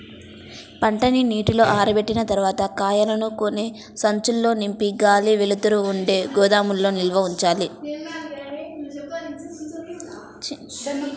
పంటని నీడలో ఆరబెట్టిన తర్వాత కాయలను గోనె సంచుల్లో నింపి గాలి, వెలుతురు ఉండే గోదాముల్లో నిల్వ ఉంచాలి